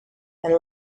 and